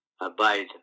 abide